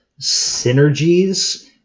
synergies